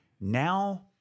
now